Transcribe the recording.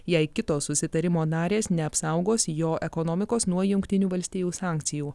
jei kitos susitarimo narės neapsaugos jo ekonomikos nuo jungtinių valstijų sankcijų